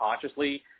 consciously